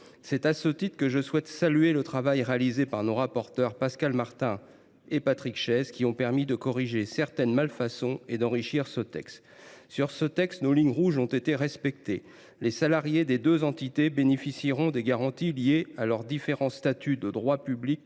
est la bienvenue. Je souhaite d’ailleurs saluer le travail réalisé par nos rapporteurs, Pascal Martin et Patrick Chaize, qui ont permis de corriger certaines malfaçons et d’enrichir ce texte. Nos lignes rouges ont été respectées. Tout d’abord, les salariés des deux entités bénéficieront des garanties liées à leurs différents statuts de droit public